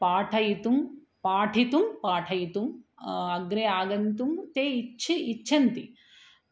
पाठयितुं पाठयितुं पाठयितुम् अग्रे आगन्तुं ते इच् इच्छन्ति